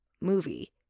movie